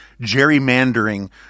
gerrymandering